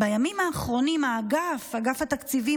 "בימים האחרונים האגף" אגף התקציבים,